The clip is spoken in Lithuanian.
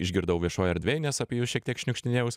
išgirdau viešoj erdvėj nes apie jus šiek tiek šniukštinėjaus